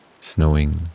snowing